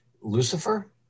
Lucifer